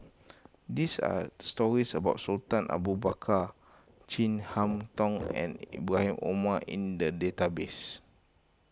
these are stories about Sultan Abu Bakar Chin Harn Tong and Ibrahim Omar in the database